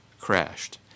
crashed